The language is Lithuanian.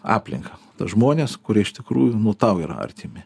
aplinką tuos žmones kurie iš tikrųjų nu tau yra artimi